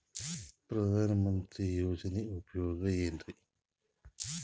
ಪ್ರಧಾನಮಂತ್ರಿ ಯೋಜನೆ ಉಪಯೋಗ ಏನ್ರೀ?